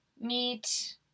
meet